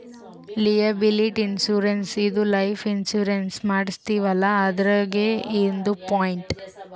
liability insurance ಇದು life insurance ಮಾಡಸ್ತೀವಲ್ಲ ಅದ್ರಾಗೇ ಒಂದ್ ಪಾರ್ಟ್